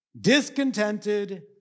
discontented